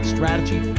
Strategy